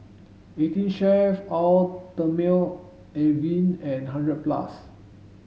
Eighteen Chef Eau Thermale Avene and hundred plus